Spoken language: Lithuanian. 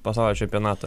pasaulio čempionatą